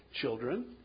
children